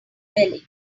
belly